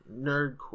Nerdcore